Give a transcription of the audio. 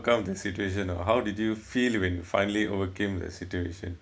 the situation or how did you feel when you finally overcame the situation